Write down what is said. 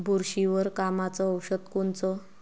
बुरशीवर कामाचं औषध कोनचं?